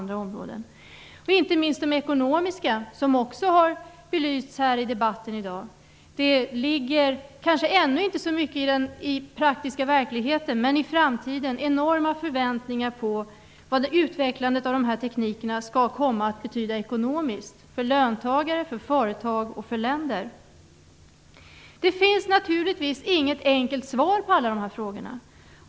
Det gäller inte minst de ekonomiska frågeställningarna, som också har belyst här i debatten i dag. Det kanske ännu inte ligger så mycket i den praktiska verkligheten, men i framtiden finns enorma förväntningar på vad utvecklingen av dessa tekniker skall komma att betyda ekonomiskt -- för löntagare, företag och länder. Det finns naturligtvis inget enkelt svar på alla dessa frågor.